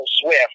Swift